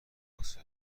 واسه